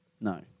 No